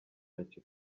kaci